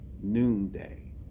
noonday